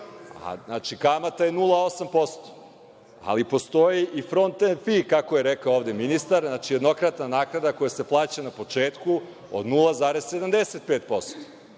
Znači, kamata je 0,8%, ali postoji „front end fi“, kako je rekao ovde ministar. Znači, jednokratna naknada koja se plaća na početku od 0,75%.